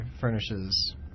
furnishes